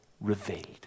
revealed